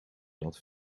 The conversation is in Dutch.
dat